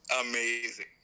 amazing